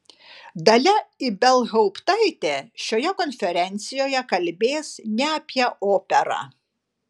dalia ibelhauptaitė šioje konferencijoje kalbės ne apie operą